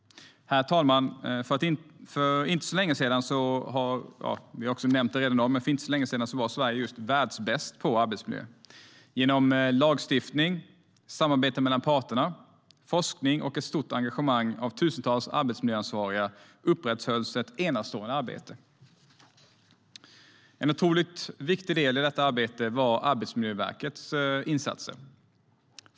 Herr talman! För inte så länge sedan var Sverige världsbäst på arbetsmiljö. Genom lagstiftning, samarbete mellan parterna, forskning och ett stort engagemang av tusentals arbetsmiljöansvariga upprätthölls ett enastående arbete. En oerhört viktig del i det arbetet var Arbetsmiljöverkets insatser.